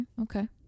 Okay